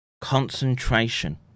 concentration